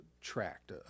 tract